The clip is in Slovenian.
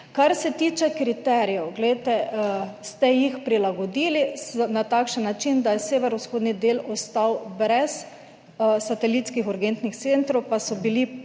Kar se tiče kriterijev, glejte, ste jih prilagodili na takšen način, da je severovzhodni del ostal brez satelitskih urgentnih centrov, pa so bili